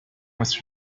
with